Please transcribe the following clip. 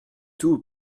tout